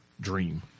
dream